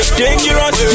dangerous